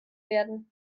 werden